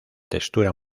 textura